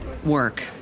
work